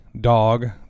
dog